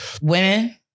women